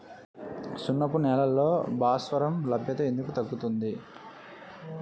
సున్నపు నేలల్లో భాస్వరం లభ్యత ఎందుకు తగ్గుతుంది?